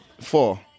Four